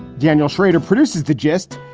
daniel shrader produces the gist.